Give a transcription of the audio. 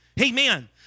Amen